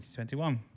2021